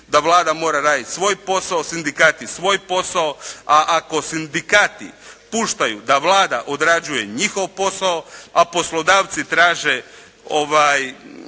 da Vlada mora raditi svoj posao, sindikati svoj posao, a ako sindikati puštaju da Vlada odrađuje njihov posao, a poslodavci traže